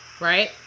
right